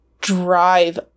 drive